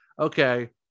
Okay